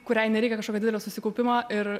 kuriai nereikia kažkokio didelio susikaupimo ir